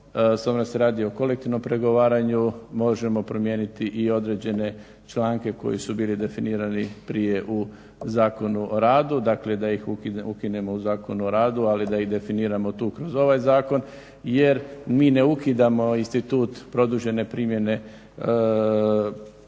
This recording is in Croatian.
da se radi o kolektivnom pregovaranju, možemo promijeniti i određene članke koji su bili definirani prije u Zakonu o radu, dakle da ih ukinemo u Zakonu o radu ali da ih definiramo tu kroz ovaj zakon jer mi ne ukidamo institut produžene primjene pravnih